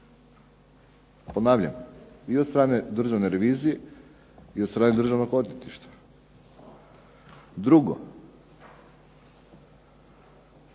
Ponavljam, i od strane Državne revizije i od strane Državnog odvjetništva. Drugo,